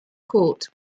court